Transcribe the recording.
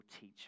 teach